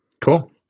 Cool